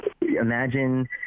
imagine